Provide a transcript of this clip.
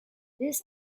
this